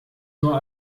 nur